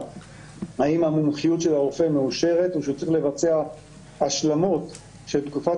האם המומחיות של הרופא מאושרת או שהוא צריך לבצע השלמות של תקופת